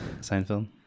Seinfeld